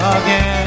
again